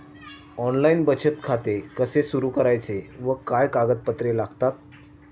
Online बचत खाते कसे सुरू करायचे व काय कागदपत्रे लागतात?